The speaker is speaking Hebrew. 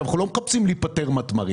אנחנו לא מחפשים להיפטר מן התמרים.